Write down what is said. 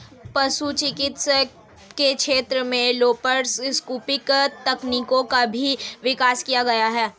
पशु चिकित्सा के क्षेत्र में लैप्रोस्कोपिक तकनीकों का भी विकास किया गया है